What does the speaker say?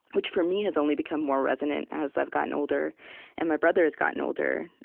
which, for me, has only become more resonant as i've gotten older and my brother has gotten older.